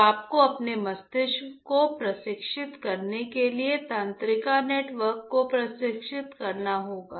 तो आपको अपने मस्तिष्क को प्रशिक्षित करने के लिए तंत्रिका नेटवर्क को प्रशिक्षित करना होगा